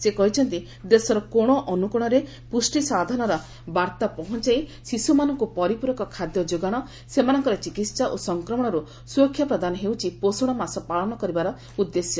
ସେ କହିଛନ୍ତି ଦେଶର କୋଶ ଅନ୍ଦକୋଶରେ ପୁଷ୍ଟିସାଧନାର ବାର୍ଭା ପହଞ୍ଚାଇ ଶିଶ୍ରମାନଙ୍କ ପରିପ୍ରକ ଖାଦ୍ୟ ଯୋଗାଣ ସେମାନଙ୍କର ଚିକିତ୍ସା ଓ ସଂକ୍ରମଣର୍ତ ସ୍ୱରକ୍ଷା ପ୍ରଦାନ ହେଉଛି ପୋଷଣ ମାସ ପାଳନ କରିବାର ଉଦ୍ଦେଶ୍ୟ